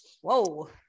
Whoa